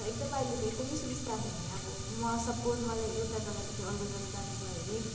एकदम अहिले त एकदम सुबिस्ता छ नि अब म सपोज मलाई एउटा जगादेखि अर्को जगा जानु पर्यो अरे